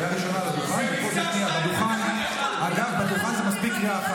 הייתה ראשונה על הדוכן, ופה זה שנייה.